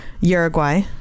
Uruguay